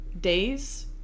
days